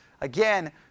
again